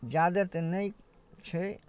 जादा तऽ नहि छै